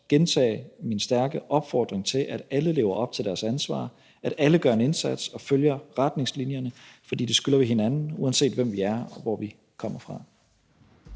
gentage min stærke opfordring til, at alle lever op til deres ansvar, og at alle gør en indsats og følger retningslinjerne, for det skylder vi hinanden, uanset hvem vi er og hvor vi kommer fra.